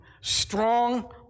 strong